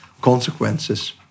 consequences